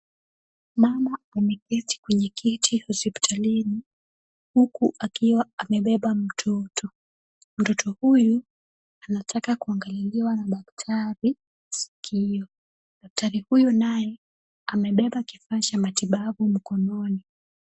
Mama ameketi kwenye kiti hospitalini, huku akiwa amebeba mtoto. Mtoto huyu anataka kuangaliliwa na daktari sikio. Daktari huyu naye amebeba kifaa cha matibabu mkononi.